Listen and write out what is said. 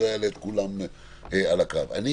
אני